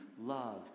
love